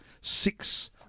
Six